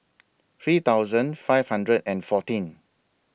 three thousand five hundred and fourteen